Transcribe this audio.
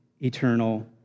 eternal